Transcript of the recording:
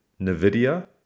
NVIDIA